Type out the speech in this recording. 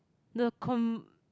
the com~